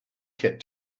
kit